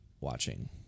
watching